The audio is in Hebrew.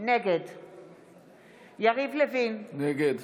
נגד יריב לוין, נגד